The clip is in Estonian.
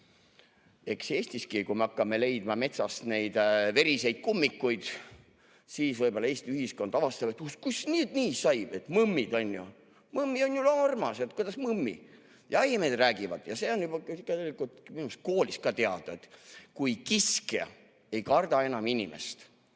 Eks Eestiski, kui me hakkame leidma metsast neid veriseid kummikuid, siis võib-olla Eesti ühiskond avastab, et kus nüüd nii sai, et mõmmid, on ju. Mõmmi on armas – kuidas mõmmi? Jahimehed räägivad, ja see on minu arust koolist ka teada, et kui kiskja ei karda enam inimest,